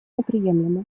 неприемлемы